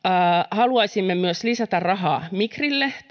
haluaisimme myös lisätä rahaa migrille